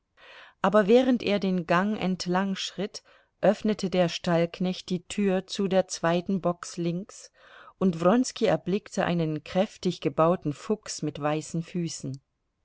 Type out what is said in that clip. aber während er den gang entlang schritt öffnete der stallknecht die tür zu der zweiten box links und wronski erblickte einen kräftig gebauten fuchs mit weißen füßen